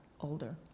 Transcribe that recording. Older